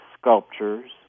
sculptures